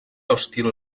hostil